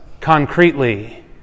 concretely